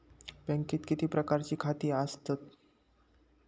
बँकेत किती प्रकारची खाती आसतात?